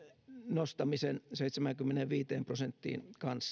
nostamiseen seitsemäänkymmeneenviiteen prosenttiin